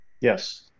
Yes